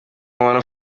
umuntu